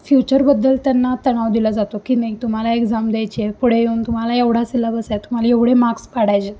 फ्युचरबद्दल त्यांना तणाव दिला जातो की नाही तुम्हाला एक्झाम द्यायची आहे पुढे येऊन तुम्हाला एवढा सिलॅबस आहे तुम्हाला एवढे माक्स पाडायचे